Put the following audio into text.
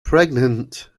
pregnant